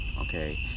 okay